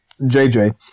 JJ